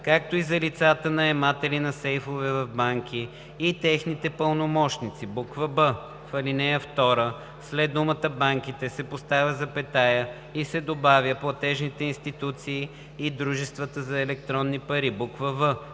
както и за лицата, наематели на сейфове в банки, и техните пълномощници.“; б) в ал. 2 след думата „Банките“ се поставя запетая и се добавя „платежните институции и дружествата за електронни пари“; в) в